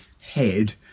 head